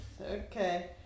Okay